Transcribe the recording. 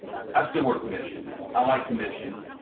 i still work commission, i like commission,